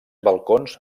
balcons